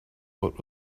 what